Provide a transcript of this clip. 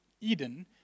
Eden